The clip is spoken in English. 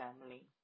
family